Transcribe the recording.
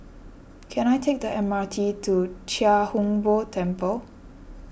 can I take the M R T to Chia Hung Boo Temple